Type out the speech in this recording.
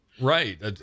Right